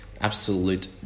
absolute